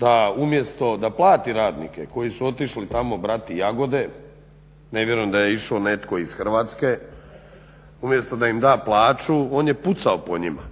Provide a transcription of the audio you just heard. da umjesto da plati radnike koji su otišli tamo brati jagode, ne vjerujem da je išao netko iz Hrvatske umjesto da im da plaću on je pucao po njima,